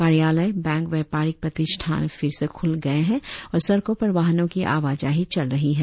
कार्यालय बैंक व्यापारिक प्रतिष्ठान फिर से खुल गये है और सड़कों पर वाहनों की आवाजाही चल रही है